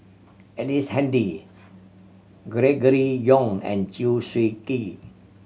Ellice Handy Gregory Yong and Chew Swee Kee